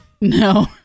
no